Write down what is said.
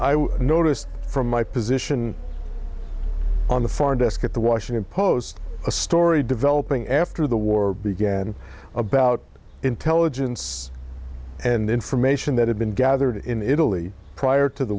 would noticed from my position in the foreign desk at the washington post a story developing after the war began about intelligence and information that had been gathered in italy prior to the